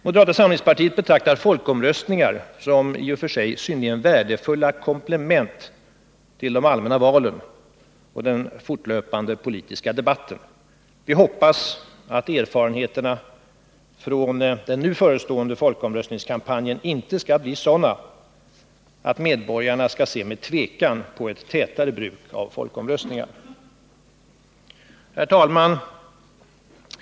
Moderata samlingspartiet betraktar folkomröstningar som i och för sig synnerligen värdefulla komplement till de allmänna valen och den fortlöpande politiska debatten. Vi hoppas att erfarenheterna av den förestående folkomröstningskampanjen inte skall bli sådana att medborgarna ser med tvekan på ett tätare bruk av folkomröstningar. Herr talman!